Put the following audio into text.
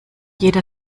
jeder